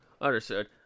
Understood